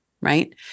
right